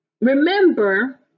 remember